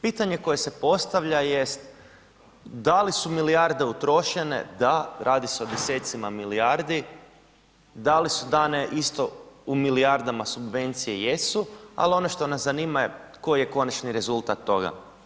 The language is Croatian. Pitanje koje se postavlja jest, da li su milijarde utrošene, da, radi se o desecima milijardi, da li su dane isto u milijardama subvencije, jesu, ali ono što nas zanima koji je konačni rezultat toga.